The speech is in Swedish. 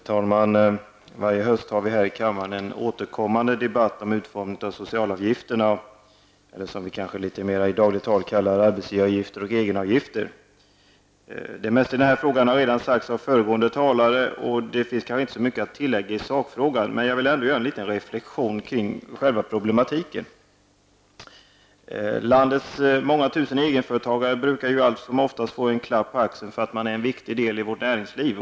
Herr talman! Varje höst har vi här i kammaren en återkommande debatt om utformningen av socialavgifterna eller, som de i mera dagligt tal kallas, arbetsgivaravgifter och egenavgifter. Det mesta i den här frågan har redan sagts av föregående talare och det finns inte så mycket att tillägga i sakfrågan. Men jag vill ändå göra en reflexion kring själva problematiken. Landets många tusen egenföretagare brukar allt som oftast få en klapp på axeln för att de är en viktig del i vårt näringsliv.